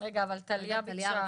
רגע, אבל טלייה ביקשה.